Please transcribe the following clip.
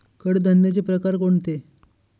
कडधान्याचे प्रकार कोणते?